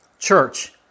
Church